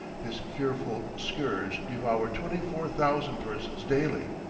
this fearful scourge devoured twenty four thousand persons daily,